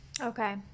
Okay